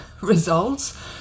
results